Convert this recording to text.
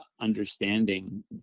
understanding